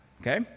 Okay